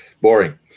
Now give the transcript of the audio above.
Boring